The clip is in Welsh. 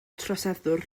troseddwr